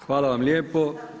Hvala vam lijepo.